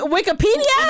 Wikipedia